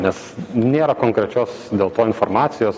nes nėra konkrečios dėl to informacijos